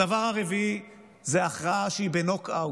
הדבר הרביעי זה הכרעה בנוק-אאוט,